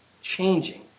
changing